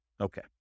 Okay